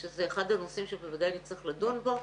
שזה אחד הנושאים שאנחנו בוודאי נצטרך לדון בו.